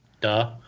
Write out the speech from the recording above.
Duh